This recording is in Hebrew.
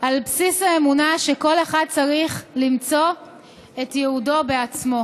על בסיס האמונה שכל אחד צריך למצוא את ייעודו בעצמו.